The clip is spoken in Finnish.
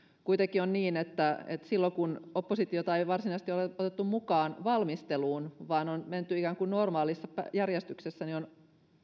kuitenkin on niin että silloin kun oppositiota ei ei varsinaisesti ole otettu mukaan valmisteluun vaan on menty ikään kuin normaalissa järjestyksessä on